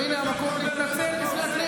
אין קשר בין מה שאתה אומר לבין מה שאתה עושה.